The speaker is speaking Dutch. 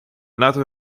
laten